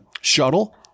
shuttle